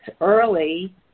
early